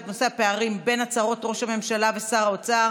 בנושא: הפערים בין הצהרות ראש הממשלה ושר האוצר